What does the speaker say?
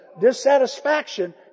dissatisfaction